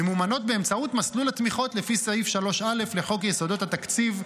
ממומנות באמצעות מסלול התמיכות לפי סעיף 3א לחוק יסודות התקציב,